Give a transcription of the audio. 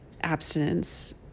abstinence